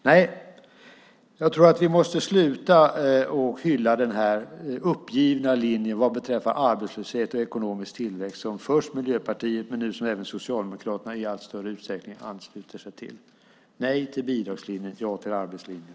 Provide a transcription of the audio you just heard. Nej, jag tror att vi måste sluta med att hylla den uppgivna linjen vad beträffar arbetslöshet och ekonomisk tillväxt som först Miljöpartiet hävdade men som nu Socialdemokraterna i allt större utsträckning ansluter sig till. Nej till bidragslinjen, ja till arbetslinjen.